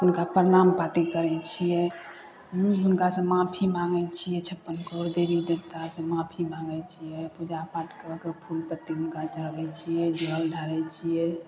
हुनका प्रणाम पाति करै छियै हूँ हुनका से माफी मांगै छियै छप्पन करोड़ देवी देवता से माफी मांगै छियै पूजा पाठ कऽके फूल पत्ती हुनका चढ़बै छियै जल ढारै छियै